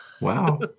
Wow